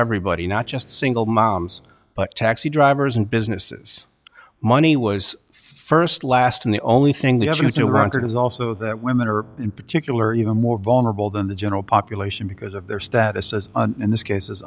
everybody not just single moms but taxi drivers and businesses money was first last and the only thing the other has no record is also that women are in particular even more vulnerable than the general population because of their status as in this case